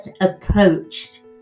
approached